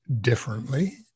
differently